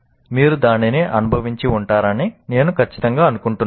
మీరు దానిని అనుభవించి ఉంటారని నేను ఖచ్చితంగా అనుకుంటున్నాను